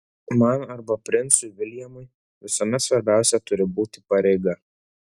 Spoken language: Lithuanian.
man arba princui viljamui visuomet svarbiausia turi būti pareiga